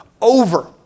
over